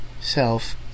self